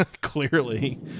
Clearly